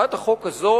הצעת החוק הזאת,